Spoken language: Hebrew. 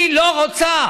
היא לא רוצה.